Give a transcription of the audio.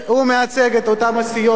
הוא מייצג את אותן הסיעות,